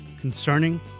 concerning